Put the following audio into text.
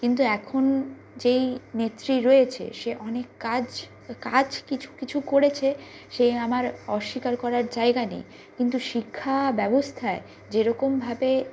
কিন্তু এখন যেই নেত্রী রয়েছে সে অনেক কাজ কাজ কিছু কিছু করেছে সে আমার অস্বীকার করার জায়গা নেই কিন্তু শিক্ষা ব্যবস্থায় যেরকমভাবে